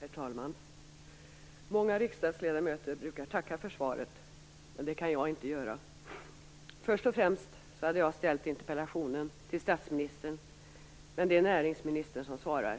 Herr talman! Många riksdagsledamöter brukar tacka för svaret, men det kan inte jag göra. Först och främst hade jag ställt interpellationen till statsministern - men det är näringsministern som svarar.